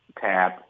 tab